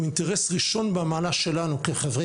הוא אינטרס ראשון במעלה שלנו כחברי